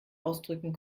ausdrücken